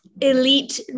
elite